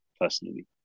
personally